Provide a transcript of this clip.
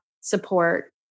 support